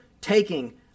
taking